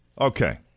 Okay